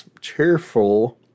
cheerful